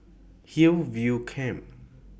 Hillview Camp